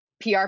PR